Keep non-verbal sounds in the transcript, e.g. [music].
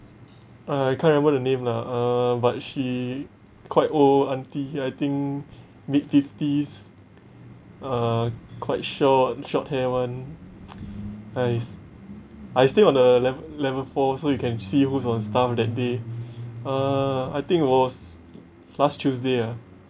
uh I can't remember the name lah uh but she quite old auntie I think mid fifties uh quite short short hair [one] [noise] and it's I stay on the lev~ level four so you can see who's on staff that day uh I think it was last tuesday ah